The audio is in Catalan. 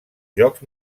jocs